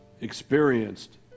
experienced